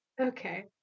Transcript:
Okay